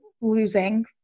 losing